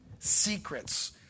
secrets